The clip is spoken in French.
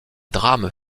drames